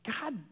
God